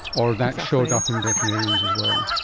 or that showed up in veterinarians as well?